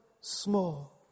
small